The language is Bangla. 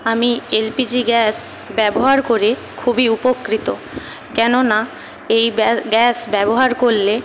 আমি এলপিজি গ্যাস ব্যবহার করে খুবই উপকৃত কেননা এই গ্যাস ব্যবহার করলে